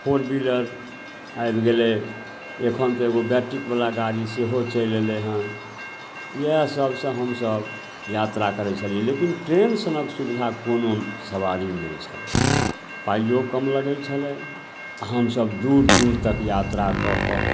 four-wheeler आबि गेलै एखन तऽ एगो बैटरीवला गाड़ी सेहो चलि अएलै हँ इएहसबसे हमसभ यात्रा करै छलिए लेकिन ट्रेन सनक सुविधा कोनो सवारी नहि छलै पाइओ कम लगै छलै आओर हमसभ दूर दूर तक यात्रा कऽ कऽ